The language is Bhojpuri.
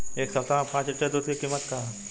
एह सप्ताह पाँच लीटर दुध के का किमत ह?